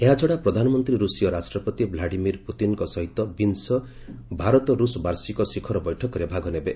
ଏହାଛଡ଼ା ପ୍ରଧାନମନ୍ତ୍ରୀ ରୁଷିଆ ରାଷ୍ଟ୍ରପତି ଭ୍ଲାଡିମିର ପୁତିନ୍ଙ୍କ ସହିତ ବିଂଶ ଭାରତ ରୁଷ ବାର୍ଷିକ ଶିଖର ବୈଠକରେ ଭାଗନେବେ